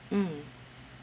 mm